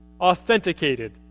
authenticated